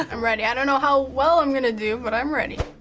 i'm ready, i don't know how well i'm gonna do, but i'm ready.